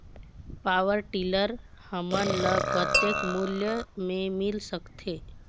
Power tiller हमन ल कतेक मूल्य मे मिल सकथे?